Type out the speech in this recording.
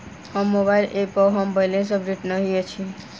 हमर mobile app पर हमर बैलेंस अपडेट नहि अछि